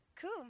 Cool